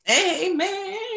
Amen